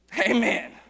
Amen